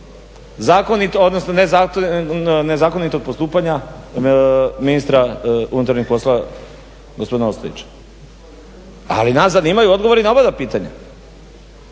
nezakonitog postupanja ministra unutarnjih poslova gospodina Ostojića, ali nas zanimaju odgovori na obadva pitanja.